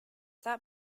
that